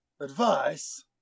Advice